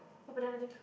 got banana I think